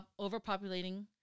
overpopulating